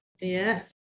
Yes